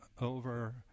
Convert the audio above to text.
over